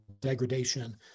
degradation